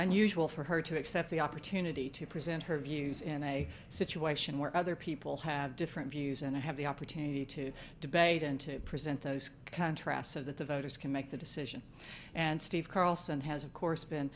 unusual for her to accept the opportunity to present her views in a situation where other people have different views and have the opportunity to debate and to present those contrasts of that the voters can make the decision and steve carlson has of course been